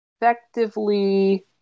effectively